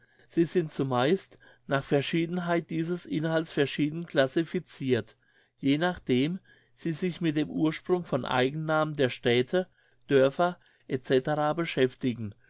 sie sind zumeist nach verschiedenheit dieses inhalts verschieden classificirt jenachdem sie sich mit dem ursprung von eigennamen der städte dörfer etc beschäftigen